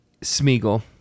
Smeagol